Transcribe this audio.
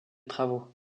travaux